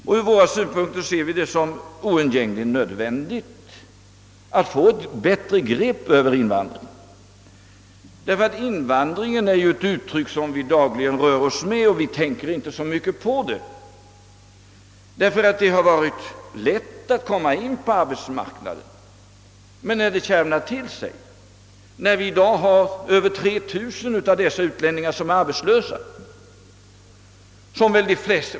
Och ur våra synpunkter ser vi det som oundgängligen nödvändigt att få bättre grepp över invandringen. Invandringen är ett uttryck som vi dagligen rör oss med och vi tänker inte så mycket på den, därför att det har varit lätt att komma in på arbetsmarknaden. Men när det kärvar till sig, när vi i dag har över 3000 av dessa utlänningar som är arbetslösa, uppstår det problem.